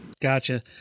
Gotcha